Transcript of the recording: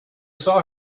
saw